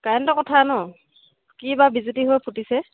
কাৰেণ্টৰ কথা ন কি বা বিজুতি হৈ ফুটিছে